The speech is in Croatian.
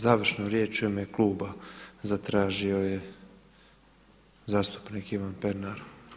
Završnu riječ u ime kluba zatražio je zastupnik Ivan Pernar.